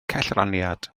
cellraniad